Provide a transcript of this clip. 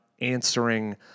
answering